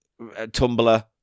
Tumblr